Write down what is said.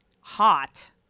hot